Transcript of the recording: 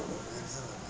ఏంటి సంగతి